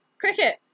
Cricket